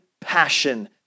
passion